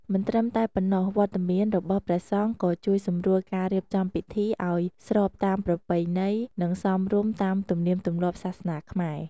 មិនត្រឹមតែប៉ុណ្ណោះ វត្តមានរបស់ព្រះសង្ឃក៏ជួយសម្រួលការរៀបចំពិធីឲ្យស្របតាមប្រពៃណី និង សមរម្យតាមទំនៀមទម្លាប់សាសនាខ្មែរ។